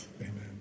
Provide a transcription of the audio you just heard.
Amen